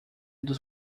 dos